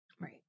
right